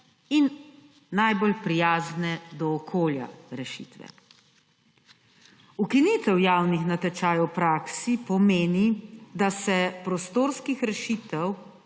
in najbolj prijazne do okolja. Ukinitev javnih natečajev v praksi pomeni, da se prostorskih rešitev